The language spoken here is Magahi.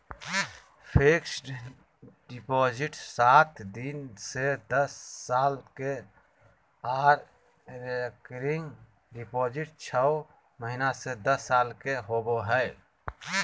फिक्स्ड डिपॉजिट सात दिन से दस साल के आर रेकरिंग डिपॉजिट छौ महीना से दस साल के होबय हय